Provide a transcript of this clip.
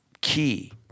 key